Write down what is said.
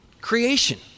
Creation